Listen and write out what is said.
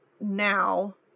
now